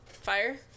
Fire